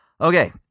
Okay